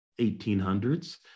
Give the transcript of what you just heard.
1800s